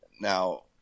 Now